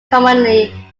commonly